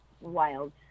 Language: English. wild